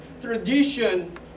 tradition